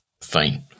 fine